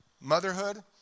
motherhood